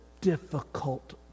difficult